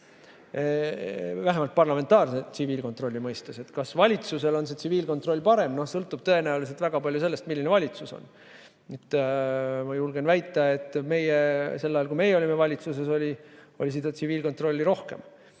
vähemalt parlamentaarse tsiviilkontrolli mõistes. Kas valitsusel on see tsiviilkontroll parem? Sõltub tõenäoliselt väga palju sellest, milline valitsus on. Ma julgen väita, et sel ajal, kui meie olime valitsuses, oli seda tsiviilkontrolli rohkem